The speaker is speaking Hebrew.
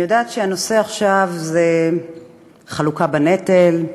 אני יודעת שהנושא עכשיו הוא חלוקת הנטל.